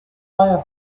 fire